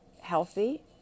healthy